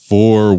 Four